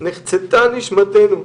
נחצתה נשמתנו,